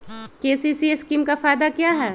KCC scheme का फायदा क्या है?